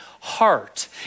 heart